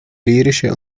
lyrische